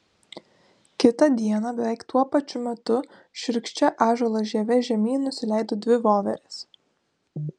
kitą dieną beveik tuo pačiu metu šiurkščia ąžuolo žieve žemyn nusileido dvi voverės